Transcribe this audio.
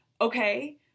okay